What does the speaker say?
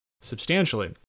substantially